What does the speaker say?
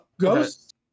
Ghost